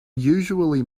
usually